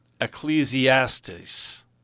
Ecclesiastes